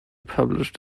published